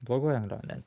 bloguoju angliavandeniu